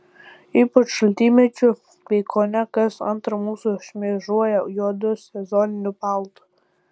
ypač šaltymečiu kai kone kas antra mūsų šmėžuoja juodu sezoniniu paltu